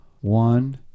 one